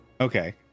Okay